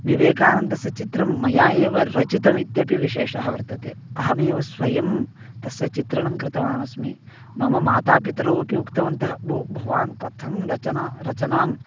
विवेकानन्दस्य चित्रं मया एव रचितमित्यपि विशेषः वर्तते अहमेव स्वयं तस्य चित्रणं कृतवानस्मि मम माता पितरौ अपि उक्तवन्तः भो भवान् कथं रचनां रचनाम्